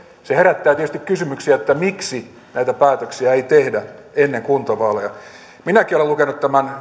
se herättää tietysti kysymyksiä miksi näitä päätöksiä ei tehdä ennen kuntavaaleja minäkin olen lukenut tämän